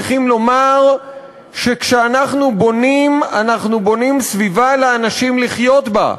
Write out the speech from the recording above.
צריכים לומר שכשאנחנו בונים אנחנו בונים סביבה לאנשים לחיות בה,